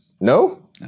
no